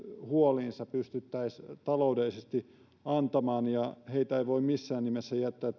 huoliinsa pystyttäisiin taloudellisesti antamaan ja heitä ei voi missään nimessä jättää